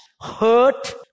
hurt